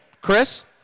chris